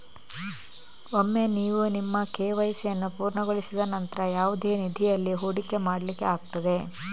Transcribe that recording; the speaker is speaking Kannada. ಒಮ್ಮೆ ನೀವು ನಿಮ್ಮ ಕೆ.ವೈ.ಸಿ ಅನ್ನು ಪೂರ್ಣಗೊಳಿಸಿದ ನಂತ್ರ ಯಾವುದೇ ನಿಧಿಯಲ್ಲಿ ಹೂಡಿಕೆ ಮಾಡ್ಲಿಕ್ಕೆ ಆಗ್ತದೆ